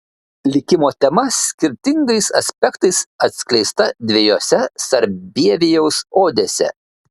likimo tema skirtingais aspektais atskleista dviejose sarbievijaus odėse